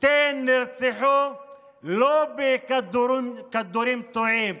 שתיהן נרצחו לא בכדורים תועים,